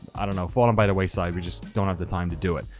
i don't know, fallen by the wayside. we just don't have the time to do it.